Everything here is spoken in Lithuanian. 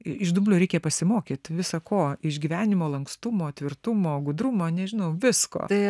iš dumblio reikia pasimokyt visą ko išgyvenimo lankstumo tvirtumo gudrumo nežinau visko tai